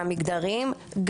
המגדריים,